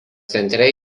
centre